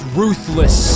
ruthless